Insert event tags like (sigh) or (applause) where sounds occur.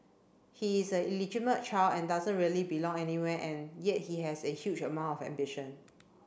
he is a (unintelligible) child and doesn't really belong anywhere and yet he has a huge amount of ambition